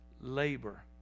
labor